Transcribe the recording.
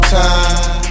time